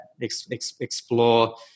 explore